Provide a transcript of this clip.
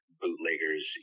bootleggers